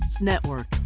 Network